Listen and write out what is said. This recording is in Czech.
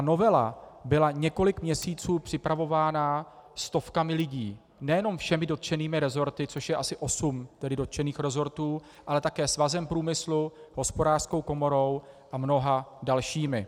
Novela byla několik měsíců připravována stovkami lidí, nejenom všemi dotčenými resorty, což je asi osm dotčených resortů, ale také Svazem průmyslu, Hospodářskou komorou a mnoha dalšími.